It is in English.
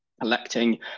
collecting